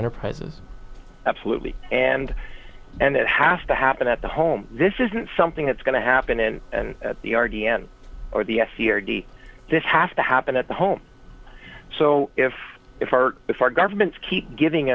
enterprises absolutely and and it has to happen at the home this isn't something that's going to happen in the r d m or the s c or d c this has to happen at home so if our government keep giving